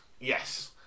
Yes